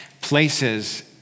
places